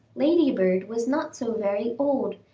ladybird was not so very old,